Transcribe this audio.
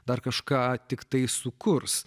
dar kažką tiktai sukurs